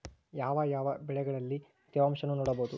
ಯಾವ ಯಾವ ಬೆಳೆಗಳಲ್ಲಿ ತೇವಾಂಶವನ್ನು ನೋಡಬಹುದು?